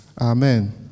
Amen